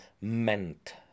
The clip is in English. meant